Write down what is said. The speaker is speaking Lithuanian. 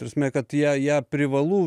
ta prasme kad ją ją privalu